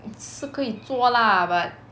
是可以做 lah but